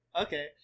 Okay